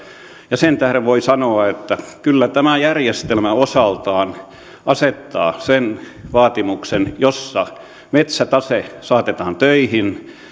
ja sen tähden voi sanoa että kyllä tämä järjestelmä osaltaan asettaa sen vaatimuksen jossa metsätase saatetaan töihin